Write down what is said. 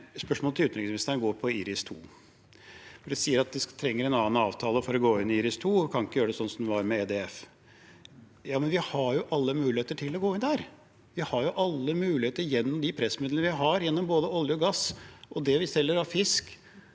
Spørsmålet til utenriksministeren går på IRIS[2]. De sier at de trenger en annen avtale for å gå inn i IRIS[2], og de kan ikke gjøre det sånn som det var med EDF, men vi har jo alle muligheter til å gå inn der. Vi har alle muligheter gjennom de pressmidlene vi har gjennom både olje og gass, det vi selger av fisk,